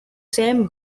same